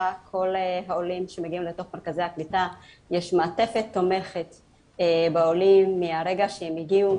לכל העולים שמגיעים לתוך מרכזי הקליטה יש מעטפת תומכת מהרגע שהם הגיעו,